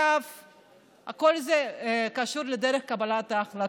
כל זה קשור לדרך קבלת ההחלטות,